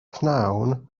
pnawn